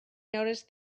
noticed